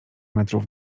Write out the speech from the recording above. metrów